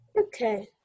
okay